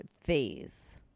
phase